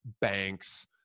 banks